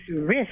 risk